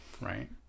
right